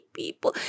people